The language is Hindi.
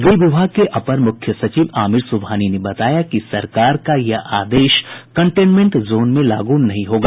गृह विभाग के अपर मुख्य सचिव आमीर सुबहानी ने बताया कि सरकार का यह आदेश कंटेनमेंट जोन में लागू नहीं होगा